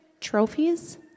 trophies